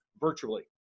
virtually